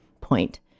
point